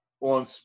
on